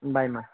ம் பாய்ம்மா